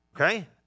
okay